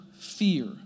fear